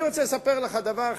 אני רוצה לספר לך דבר,